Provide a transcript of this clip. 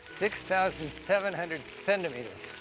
six thousand seven hundred centimeters.